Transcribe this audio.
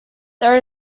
there